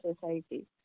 society